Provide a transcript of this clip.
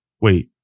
wait